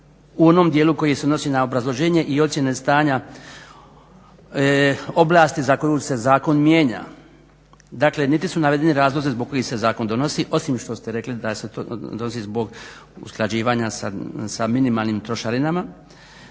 u onom dijelu koji se odnosi na obrazloženje i ocjene stanja oblasti za koju se zakon mijenja. Dakle niti su navedeni razlozi zbog kojih se zakon donosi osim što ste rekli da se zbog usklađivanja sa minimalnim trošarinama.